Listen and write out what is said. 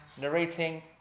narrating